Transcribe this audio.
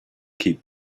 keep